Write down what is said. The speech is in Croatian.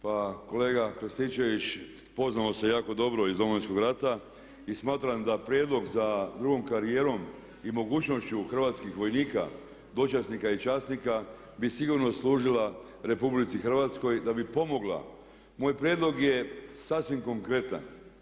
Pa kolega Krstičević poznamo se jako dobro iz Domovinskog rata i smatram da prijedlog za drugom karijerom i mogućnošću hrvatskih vojnika, dočasnika i časnika bi sigurno služila RH, da bi pomogla, moj prijedlog je sasvim konkretan.